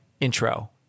intro